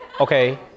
Okay